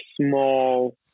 small